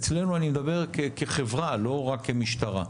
"אצלנו" אני מדבר כחברה, לא רק כמשטרה.